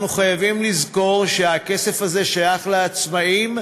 אנחנו חייבים לזכור שהכסף הזה שייך לעצמאים,